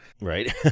Right